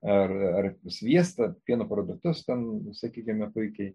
ar ar sviestą pieno produktus ten sakykime puikiai